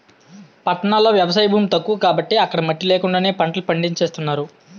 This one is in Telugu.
పట్టణాల్లో ఎవసాయ భూమి తక్కువ కాబట్టి అక్కడ మట్టి నేకండానే పంటలు పండించేత్తన్నారు